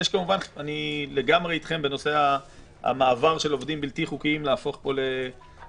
אני לגמרי אתכם בנושא המעבר של עובדים בלתי חוקיים להפוך פה לתושבים,